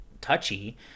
touchy